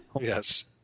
Yes